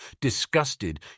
Disgusted